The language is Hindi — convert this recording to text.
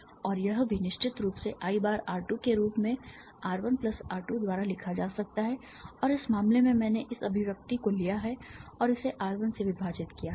और यह भी निश्चित रूप से I बार R 2 के रूप में R 1 प्लस R 2 द्वारा लिखा जा सकता है और इस मामले में मैंने इस अभिव्यक्ति को लिया है और इसे R 1 से विभाजित किया है